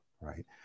right